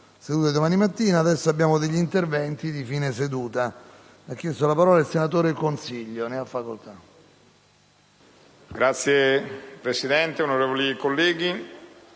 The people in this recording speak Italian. Signor Presidente, onorevoli colleghi,